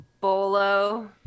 bolo